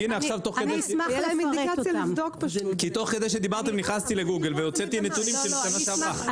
כי עכשיו תוך כדי שדיברתם נכנסתי לגוגל והוצאתי נתונים של השנה שעברה.